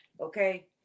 okay